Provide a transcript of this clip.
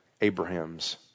Abraham's